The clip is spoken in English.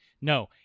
no